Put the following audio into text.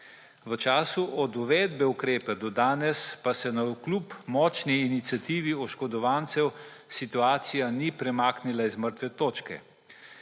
V času od uvedbe ukrepa do danes pa se navkljub močni iniciativi oškodovancev situacija ni premaknila z mrtve točke.